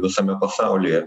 visame pasaulyje